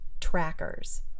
trackers